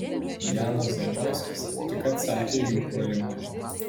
janas zamoiskis tik atsakė į jų puolimą